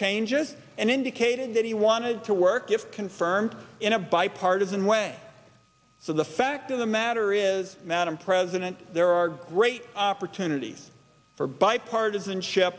changes and indicated that he wanted to work if confirmed in a bipartisan way so the fact of the matter is madam president there are great opportunities for bipartisanship